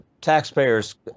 taxpayers